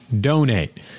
donate